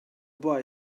boy